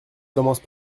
commence